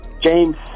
James